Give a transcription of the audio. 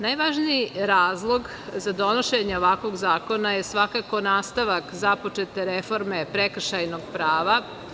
Najvažniji razlog za donošenje ovakvo zakona je svakako nastavak započete reforme prekršajnog prava.